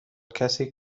کسی